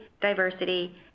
diversity